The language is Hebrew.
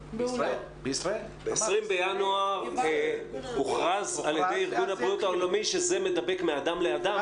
ב-20 בינואר הוכרז על-ידי ארגון הבריאות העולמי שזה מדבק מאדם לאדם,